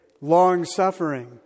long-suffering